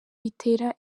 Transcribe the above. bitera